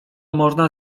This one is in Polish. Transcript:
można